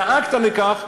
גרמת לכך,